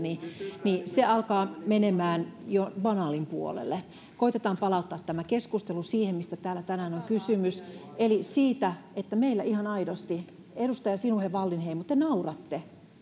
alkaa menemään jo banaalin puolelle koetetaan palauttaa tämä keskustelu siihen mistä täällä tänään on kysymys eli siitä että meillä ihan aidosti edustaja sinuhe wallinheimo te nauratte